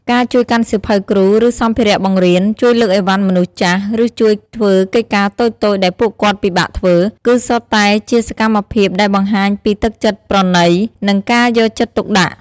ការជួយកាន់សៀវភៅគ្រូ ឬសម្ភារៈបង្រៀន ជួយលើកអីវ៉ាន់មនុស្សចាស់ ឬជួយធ្វើកិច្ចការតូចៗដែលពួកគាត់ពិបាកធ្វើ គឺសុទ្ធតែជាសកម្មភាពដែលបង្ហាញពីទឹកចិត្តប្រណី និងការយកចិត្តទុកដាក់។